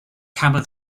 camel